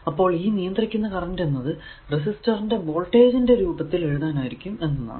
അപ്പോൾ ഈ നിയന്ത്രിക്കുന്ന കറന്റ് എന്നത് റെസിസ്റ്ററിന്റെ വോൾട്ടേജിന്റെ രൂപത്തിൽ എഴുതാനാകും എന്നതാണ്